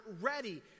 ready